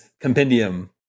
compendium